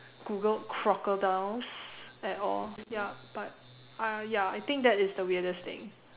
Googled crocodiles at all yup but ah ya I think that's the weirdest thing